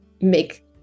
make